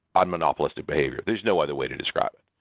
on monopolist behavior. there's no other way to describe it.